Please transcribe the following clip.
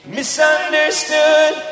misunderstood